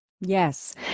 Yes